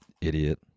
Idiot